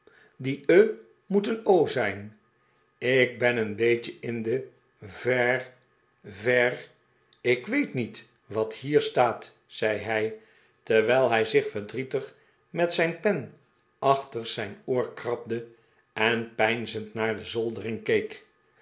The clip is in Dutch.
die e moet een o zijn ik ben een beetje in de ver ver ik weet niet wat hier staat zei hij terwijl hij zich verdrietig met zijn pen achter zijn oor krabde en peinzend naar de zoldering